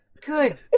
Good